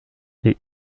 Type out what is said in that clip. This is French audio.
les